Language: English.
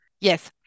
Yes